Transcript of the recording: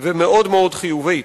ומאוד חיובית.